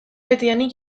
betidanik